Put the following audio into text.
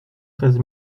treize